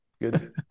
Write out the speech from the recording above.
Good